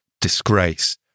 disgrace